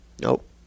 Nope